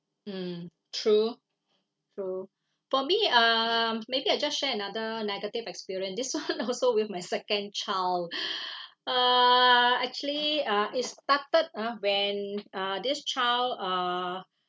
mm true so for me um maybe I just share ano~ negative experience this one also with my second child (err)actually uh it started uh when uh this child uh